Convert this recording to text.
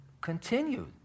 continued